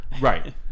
right